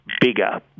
bigger